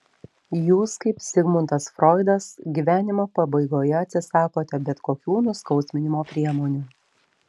jūs kaip zigmundas froidas gyvenimo pabaigoje atsisakote bet kokių nuskausminimo priemonių